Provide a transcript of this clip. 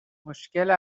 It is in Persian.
مشکل